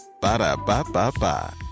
Ba-da-ba-ba-ba